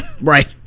Right